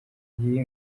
iyi